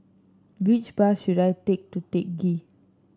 which bus should I take to Teck Ghee